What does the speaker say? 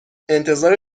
انتظار